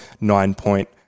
nine-point